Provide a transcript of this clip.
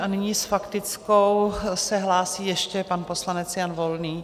Nyní s faktickou se hlásí ještě pan poslanec Jan Volný.